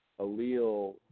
allele